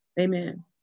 Amen